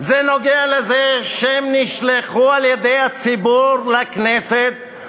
זה נוגע לזה שהם נשלחו על-ידי הציבור לכנסת,